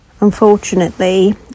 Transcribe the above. Unfortunately